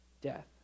death